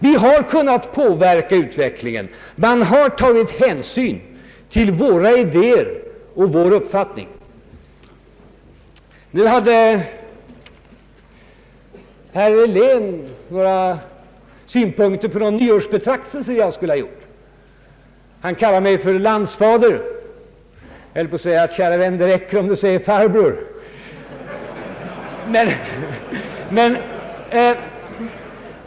Vi har kunnat påverka utvecklingen, man har tagit hänsyn till våra idéer och vår uppfattning.” Herr Helén hade några synpunkter på de nyårsbetraktelser som jag skulle ha gjort. Han kallade mig landsfader. Jag höll på att säga: Käre vän, det räcker om du säger farbror!